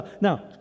Now